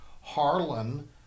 Harlan